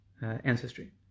ancestry